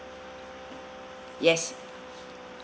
yes